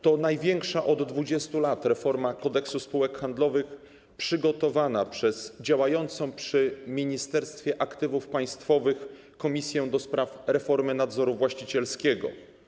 To największa od 20 lat reforma Kodeksu spółek handlowych, przygotowana przez działającą przy Ministerstwie Aktywów Państwowych Komisję ds. Reformy Nadzoru Właścicielskiego.